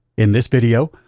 in this video,